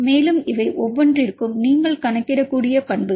மேலும் இவை ஒவ்வொன்றிற்கும் நீங்கள் கணக்கிடக்கூடிய பண்புகள்